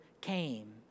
came